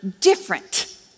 different